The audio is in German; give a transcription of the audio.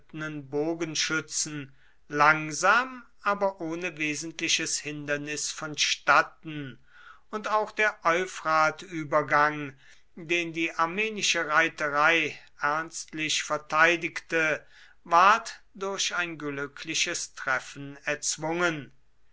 bogenschützen langsam aber ohne wesentliches hindernis vonstatten und auch der euphratübergang den die armenische reiterei ernstlich verteidigte ward durch ein glückliches treffen erzwungen